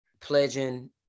pledging